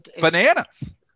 bananas